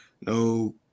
no